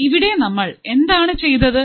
ഇവിടെ നമ്മൾ എന്താണ് ചെയ്തത്